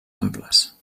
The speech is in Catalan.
amples